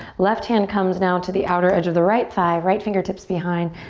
left hand comes now to the outer edge of the right thigh, right fingertips behind.